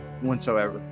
whatsoever